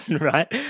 right